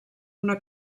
una